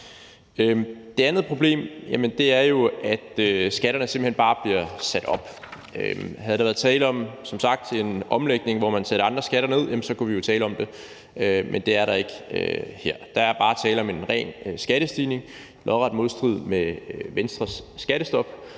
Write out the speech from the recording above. Det andet problem er, at skatterne simpelt hen bare bliver sat op. Havde der som sagt været tale om en omlægning, hvor man satte andre skatter ned, kunne vi jo tale om det, men det er der ikke her; der er bare tale om en ren skattestigning i lodret modstrid med Venstres skattestop,